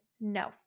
no